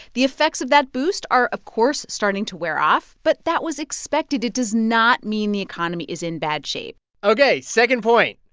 the effects of that boost are, of course, starting to wear off. but that was expected. it does not mean the economy is in bad shape ok. second point.